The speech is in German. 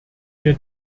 mehr